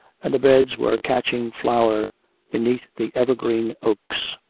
and the beds were catching flower beneath the evergreen oaks.